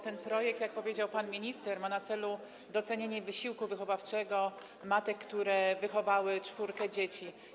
Ten projekt, jak powiedział pan minister, ma na celu docenienie wysiłku wychowawczego matek, które wychowały czwórkę dzieci.